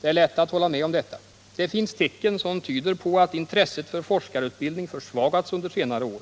Det är lätt att hålla med om detta. Det finns tecken som tyder på att intresset för forskarutbildning försvagats under senare år.